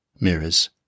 mirrors